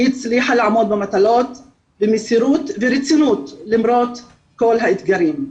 היא הצליחה לעמוד במטלות במסירות ורצינות למרות כל האתגרים.